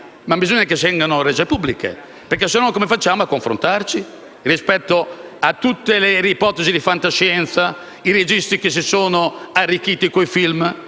ma bisogna che vengano rese pubbliche. Altrimenti come facciamo a confrontarci rispetto a tutte le ipotesi di fantascienza, con i registi che si sono arricchiti coi film,